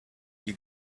you